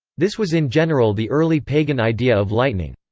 this was in general the early pagan idea of lightning.